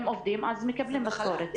אם עובדים, מקבלים משכורת.